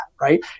right